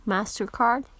Mastercard